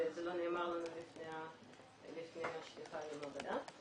וזה לא נאמר לנו לפני השליחה למעבדה.